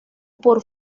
por